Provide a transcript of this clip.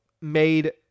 Made